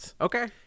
Okay